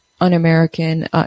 un-American